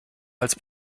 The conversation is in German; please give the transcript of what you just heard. als